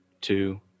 two